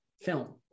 film